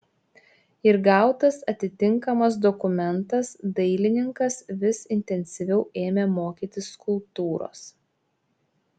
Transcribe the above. ir gautas atitinkamas dokumentas dailininkas vis intensyviau ėmė mokytis skulptūros